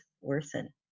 worsen